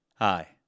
Hi